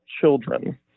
children